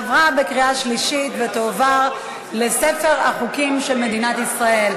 עברה בקריאה שלישית ותיכנס לספר החוקים של מדינת ישראל.